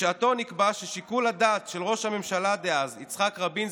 בשעתו נקבע ששיקול הדעת של ראש הממשלה דאז יצחק רבין,